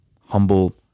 humble